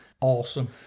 Awesome